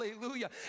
Hallelujah